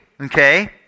okay